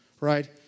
right